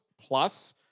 plus